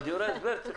אבל דברי ההסבר צריכים